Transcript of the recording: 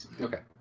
Okay